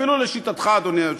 אפילו לשיטתך, אדוני היושב-ראש.